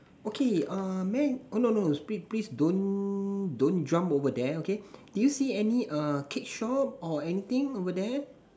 okay uh may I oh no no please please don't don't jump over there okay do you see any err cake shop or anything over there